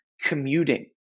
commuting